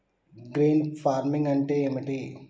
Green farming అంటే ఏమిటి?